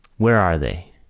where are they?